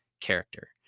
character